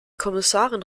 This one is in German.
kommissarin